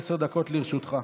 עשר דקות לרשותך.